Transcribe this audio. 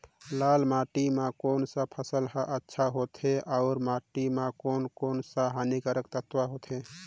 लाल माटी मां कोन सा फसल ह अच्छा होथे अउर माटी म कोन कोन स हानिकारक तत्व होथे?